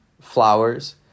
flowers